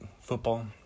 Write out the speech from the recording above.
football